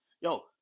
Yo